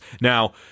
Now